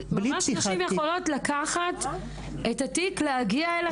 ממש נשים יכולות לקחת את התיק, להגיע אליכן.